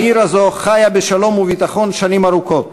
העיר הזו חיה בשלום ובביטחון שנים ארוכות,